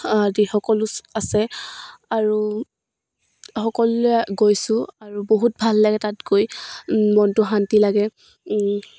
আদি সকলো আছে আৰু সকলোৱে গৈছোঁ আৰু বহুত ভাল লাগে তাত গৈ মনটো শান্তি লাগে